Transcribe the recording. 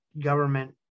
government